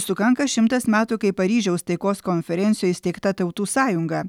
sukanka šimtas metų kai paryžiaus taikos konferencijoj įsteigta tautų sąjunga